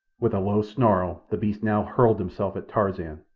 with a low snarl the beast now hurled himself at tarzan,